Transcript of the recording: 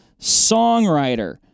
songwriter